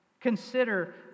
Consider